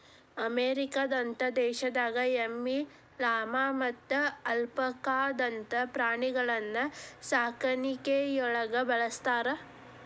ಅಮೇರಿಕದಂತ ದೇಶದಾಗ ಎಮ್ಮಿ, ಲಾಮಾ ಮತ್ತ ಅಲ್ಪಾಕಾದಂತ ಪ್ರಾಣಿಗಳನ್ನ ಸಾಕಾಣಿಕೆಯೊಳಗ ಬಳಸ್ತಾರ